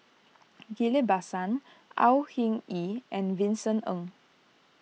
Ghillie Basan Au Hing Yee and Vincent Ng